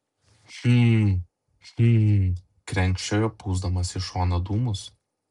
hm hm krenkščiojo pūsdamas į šoną dūmus